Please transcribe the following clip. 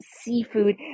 seafood